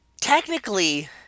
Technically